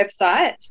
website